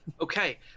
Okay